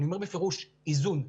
אני בפירוש אומר איזון.